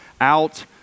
out